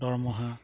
দৰমহা